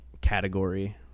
category